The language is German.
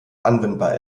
anwendbar